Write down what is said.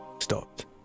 stopped